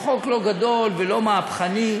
חוק לא גדול ולא מהפכני,